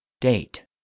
Date